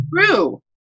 true